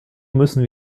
müssen